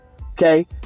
Okay